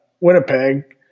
Winnipeg